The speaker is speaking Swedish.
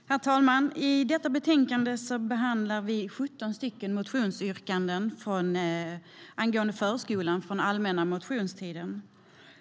Herr talman! I detta betänkande behandlar vi 17 motionsyrkanden från allmänna motionstiden angående förskolan.